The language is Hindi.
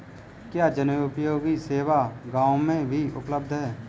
क्या जनोपयोगी सेवा गाँव में भी उपलब्ध है?